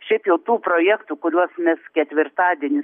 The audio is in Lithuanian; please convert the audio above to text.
šiaip jau tų projektų kuriuos mes ketvirtadienį